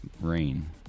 rain